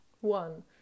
One